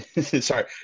Sorry